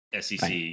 SEC